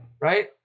Right